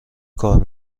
کار